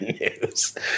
News